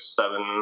seven